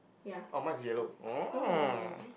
orh mine is yellow oh